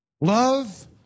love